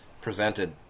presented